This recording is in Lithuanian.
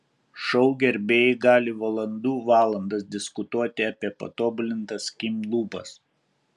šou gerbėjai gali valandų valandas diskutuoti apie patobulintas kim lūpas